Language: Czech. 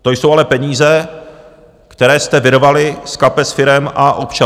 To jsou ale peníze, které jste vyrvali z kapes firem a občanů.